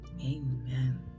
Amen